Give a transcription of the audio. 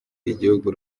igihugu